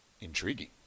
intriguing